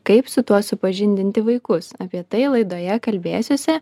kaip su tuo supažindinti vaikus apie tai laidoje kalbėsiuosi